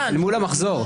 מול המחזור.